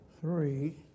three